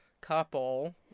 couple